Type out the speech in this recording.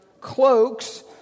cloaks